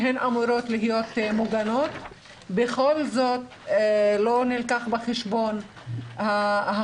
שהן אמורות להיות מוגנות אבל בכל זאת לא נלקח בחשבון החוק